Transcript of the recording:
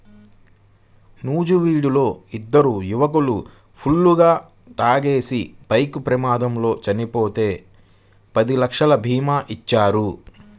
నూజివీడులో ఇద్దరు యువకులు ఫుల్లుగా తాగేసి బైక్ ప్రమాదంలో చనిపోతే పది లక్షల భీమా ఇచ్చారు